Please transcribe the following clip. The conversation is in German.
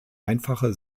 einfache